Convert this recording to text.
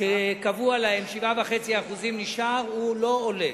שקבוע להם, 7.5%, נשאר, הוא לא עולה.